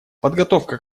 подготовка